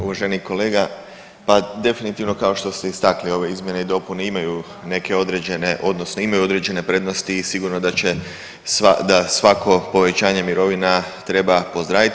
Uvaženi kolega pa definitivno kao što ste istakli ove izmjene i dopune imaju neke određene odnosno imaju određene prednosti i sigurno da svako povećanje mirovina treba pozdraviti.